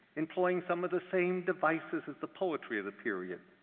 employing some of the same devices as the poetry of the period,